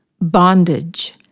Bondage